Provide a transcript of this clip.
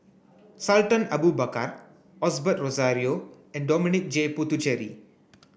Sultan Abu Bakar Osbert Rozario and Dominic J Puthucheary